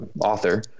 author